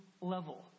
level